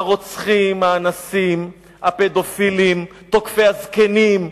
הרוצחים, האנסים, הפדופילים, תוקפי הזקנים,